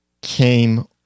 came